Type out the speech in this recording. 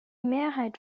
mehrheit